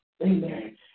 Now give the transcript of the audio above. amen